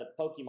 Pokemon